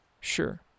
Sure